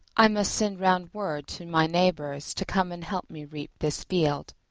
i must send round word to my neighbours to come and help me reap this field.